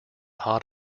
hot